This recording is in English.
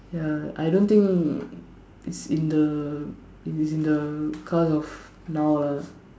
ya I don't think it's in the it is in the cars of now ah